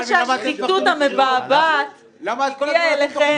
כנראה הנחיתות המבעבעת הגיעה אליכם.